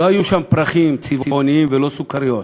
לא היו שם פרחים צבעוניים ולא סוכריות,